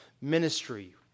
Ministry